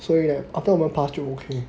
so after pass then okay